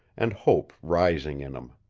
and hope rising in him.